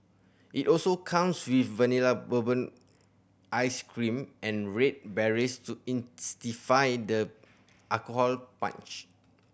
it also comes with Vanilla Bourbon ice cream and red berries to the alcohol punch